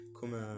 come